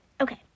Okay